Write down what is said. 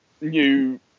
new